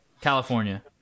California